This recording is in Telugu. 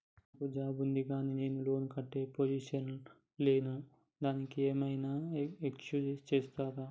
నాకు జాబ్ ఉంది కానీ నేను లోన్ కట్టే పొజిషన్ లా లేను దానికి ఏం ఐనా ఎక్స్క్యూజ్ చేస్తరా?